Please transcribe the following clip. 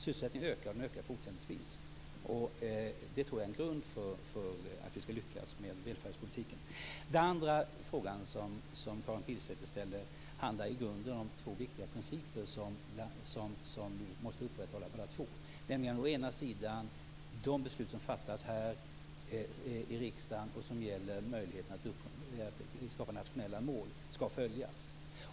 Sysselsättningen ökar, och den ökar fortsättningsvis. Och det tror jag är en grund för att vi skall lyckas med välfärdspolitiken. Den andra frågan som Karin Pilsäter ställde handlar i grunden om två viktiga principer. Båda två måste vi upprätthålla. Å ena sidan skall de beslut som fattas här i riksdagen och som gäller möjligheten att skapa nationella mål följas.